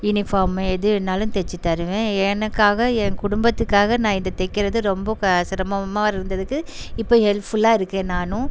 uniform எது வேணாலும் தைச்சுத் தருவேன் எனக்காக என் குடும்பத்துக்காக நான் இதை தைக்கிறது ரொம்ப க சிரமமாக இருந்ததுக்கு இப்போ ஹெல்ப் ஃபுல்லாக இருக்கேன் நானும்